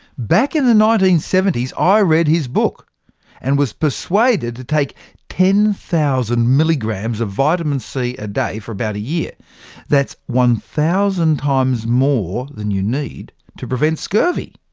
back in the nineteen seventy s, i read his book and was persuaded to take ten thousand milligrams of vitamin c a day for about a year that's one thousand times more than you need to prevent scurvy.